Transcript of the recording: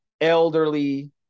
elderly